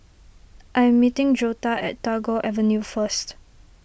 I am meeting Joetta at Tagore Avenue first